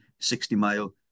60-mile